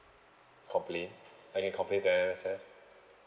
complain I can complain to M_S_F